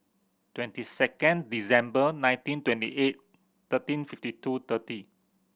twenty second December nineteen twenty eight thirteen fifty two thirty